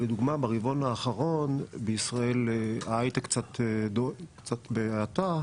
לדוגמה ברבעון האחרון בישראל ההיי טק קצת בהאטה,